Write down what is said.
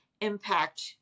impact